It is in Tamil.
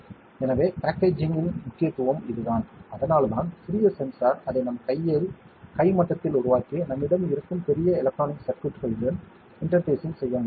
எனவே பேக்கேஜிங்கின் முக்கியத்துவம் இதுதான் அதனால்தான் சிறிய சென்சார் அதை நம் கையில் கை மட்டத்தில் உருவாக்கி நம்மிடம் இருக்கும் பெரிய எலக்ட்ரானிக் சர்க்யூட்களுடன் இன்டர்பேஸிங் செய்ய முடியும்